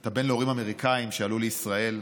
אתה בן להורים אמריקנים שעלו לישראל.